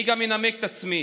אני גם אנמק את עצמי.